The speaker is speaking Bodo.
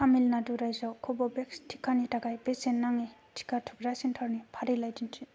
तामिलनाडु रायजोआव कव'भेक्स टिकानि थाखाय बेसेन नाङै टिका थुग्रा सेन्टार नि फारिलाइ दिन्थि